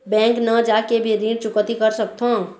Bank न जाके भी ऋण चुकैती कर सकथों?